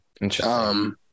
Interesting